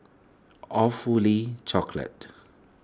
Awfully Chocolate